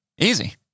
easy